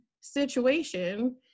situation